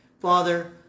Father